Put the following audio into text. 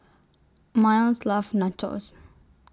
Myles loves Nachos